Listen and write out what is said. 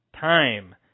Time